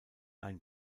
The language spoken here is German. ein